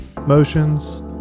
motions